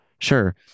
Sure